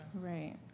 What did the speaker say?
Right